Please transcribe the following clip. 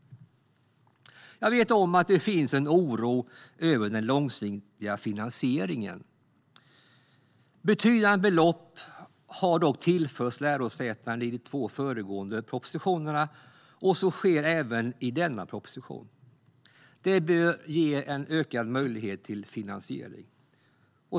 Jag vet att det finns en oro över den långsiktiga finansieringen. Betydande belopp har tillförts lärosätena i de två föregående propositionerna, och så sker även i denna proposition. Det bör ge en ökad möjlighet till finansiering.